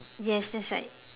yes that's right